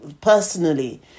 personally